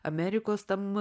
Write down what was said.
amerikos tam